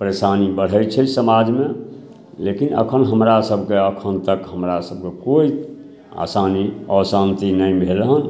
परेशानी बढ़ै छै समाजमे लेकिन हमरासभकेँ एखन तक हमरासभकेँ एखन तक हमरासभकेँ कोइ आसानी अशान्ति नहि भेल हन